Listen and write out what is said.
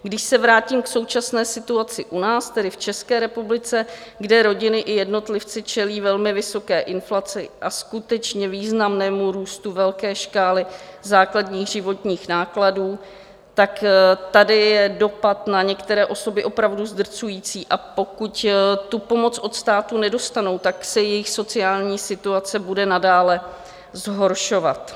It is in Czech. Když se vrátím k současné situaci u nás, tedy v České republice, kde rodiny i jednotlivci čelí velmi vysoké inflaci a skutečně významnému růstu velké škály základních životních nákladů, tak tady je dopad na některé osoby opravdu zdrcující, a pokud tu pomoc od státu nedostanou, tak se jejich sociální situace bude nadále zhoršovat.